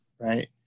right